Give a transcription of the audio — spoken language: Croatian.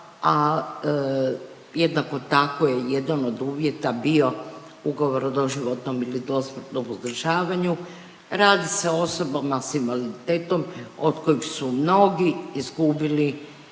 a jednako tako je jedan od uvjeta bio ugovor o doživotnom ili dosmrtnom uzdržavanju. Radi se o osobama s invaliditetom od kojih su mnogi izgubili